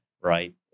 right